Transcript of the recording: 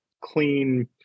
clean